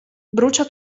brucia